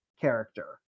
character